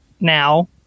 now